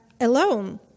alone